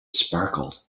sparkled